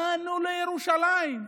באנו לירושלים.